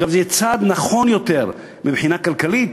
וזה גם יהיה צעד נכון יותר מבחינה כלכלית,